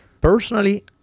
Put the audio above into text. Personally